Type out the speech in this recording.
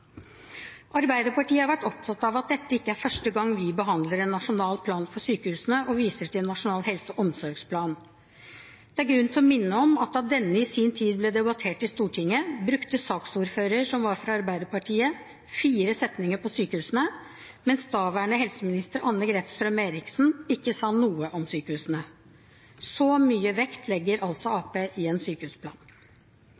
Arbeiderpartiet har vært opptatt av at dette ikke er første gang vi behandler en nasjonal plan for sykehusene, og viser til Nasjonal helse- og omsorgsplan. Det er grunn til å minne om at da denne i sin tid ble debattert i Stortinget, brukte saksordføreren, som var fra Arbeiderpartiet, fire setninger på sykehusene, mens daværende helseminister Anne-Grete Strøm-Erichsen ikke sa noe om sykehusene. Så mye vekt legger altså